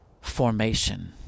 formation